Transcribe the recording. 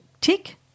tick